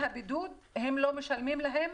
בידוד אותם מעסיקים לא משלמים להם,